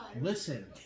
Listen